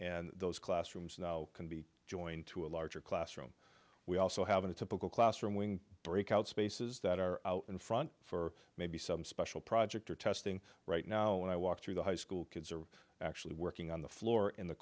and those classrooms now can be joined to a larger classroom we also have a typical classroom wing breakout spaces that are out in front for maybe some special project or testing right now when i walk through the high school kids are actually working on the floor in the